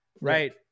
Right